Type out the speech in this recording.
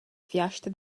fiasta